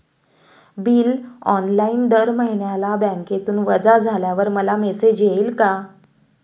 Bill online दर महिन्याला बँकेतून वजा झाल्यावर मला मेसेज येईल का?